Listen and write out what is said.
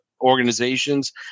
organizations